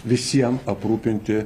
visiem aprūpinti